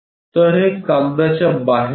तरहे कागदाच्या बाहेर आहे